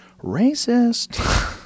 Racist